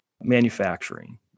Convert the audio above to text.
manufacturing